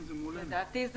לדעתי,